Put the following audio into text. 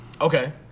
Okay